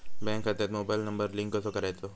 Bank खात्यात mobile number link कसो करायचो?